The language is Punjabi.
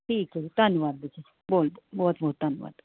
ਠੀਕ ਹੈ ਜੀ ਧੰਨਵਾਦ ਜੀ ਬਹੁਤ ਬਹੁਤ ਬਹੁਤ ਧੰਨਵਾਦ